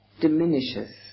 diminishes